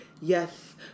Yes